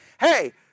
hey